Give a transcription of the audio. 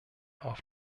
auf